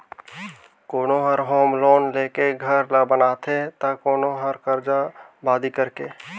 कोनो हर home loan लेके घर ल बनाथे त कोनो हर करजा बादी करके